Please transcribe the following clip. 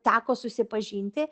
teko susipažinti